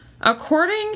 According